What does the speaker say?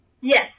Yes